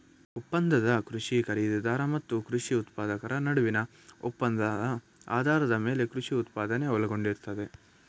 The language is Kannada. ಒಪ್ಪಂದದ ಕೃಷಿ ಖರೀದಿದಾರ ಮತ್ತು ಕೃಷಿ ಉತ್ಪಾದಕರ ನಡುವಿನ ಒಪ್ಪಂದ ಆಧಾರದ ಮೇಲೆ ಕೃಷಿ ಉತ್ಪಾದನೆ ಒಳಗೊಂಡಿರ್ತದೆ